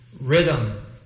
Rhythm